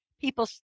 people